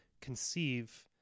conceive